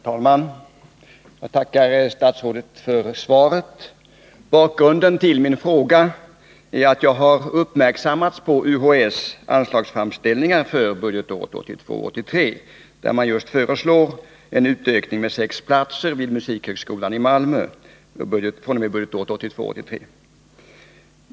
Herr talman! Jag tackar statsrådet för svaret. Bakgrunden till min fråga är att jag har uppmärksammats på UHÄ:s anslagsframställning för budgetåret 1982 83.